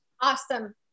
Awesome